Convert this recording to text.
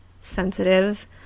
sensitive